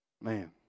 Man